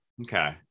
Okay